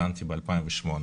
כשהתחתנתי ב-2008,